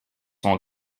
sont